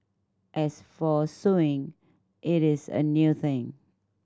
as for suing it is a new thing